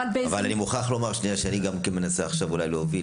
אני מוכרח לומר שאני מנסה עכשיו אולי להוביל,